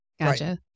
Gotcha